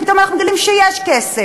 ופתאום אנחנו מגלים שיש כסף.